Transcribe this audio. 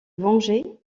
venger